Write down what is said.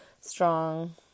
strong